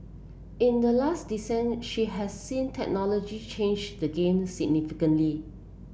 in the last decent she has seen technology change the game significantly